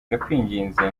ndakwinginze